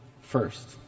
first